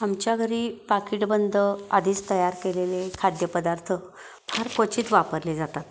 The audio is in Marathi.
आमच्या घरी पाकीटबंद आधीच तयार केलेले खाद्यपदार्थ फार क्वचित वापरले जातात